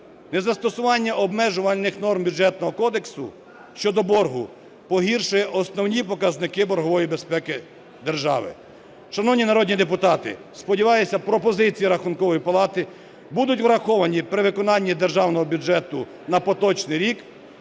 Незастосування обмежувальних норм Бюджетного кодексу щодо боргу погіршує основні показники боргової безпеки держави. Шановні народні депутати, сподіваюся, пропозиції Рахункової палати будуть враховані при виконанні Державного бюджету на поточний рік,